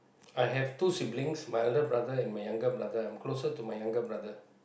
I have two siblings my elder brother and my younger brother I am closer to my younger brother